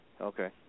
okay